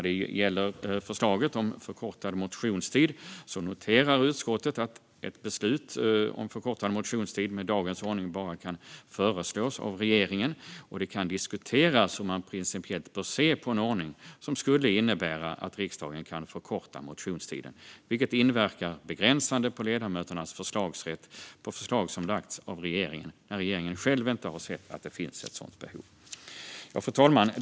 Utskottet noterar att ett beslut om förkortad motionstid med dagens ordning bara kan föreslås av regeringen. Det kan diskuteras hur man principiellt bör se på en ordning som skulle innebära att riksdagen kan förkorta motionstiden, vilket inverkar begränsande på ledamöternas förslagsrätt gällande förslag som lagts fram av regeringen när regeringen själv inte har sett att det finns ett sådant behov. Fru talman!